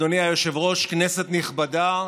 אדוני היושב-ראש, כנסת נכבדה,